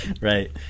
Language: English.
right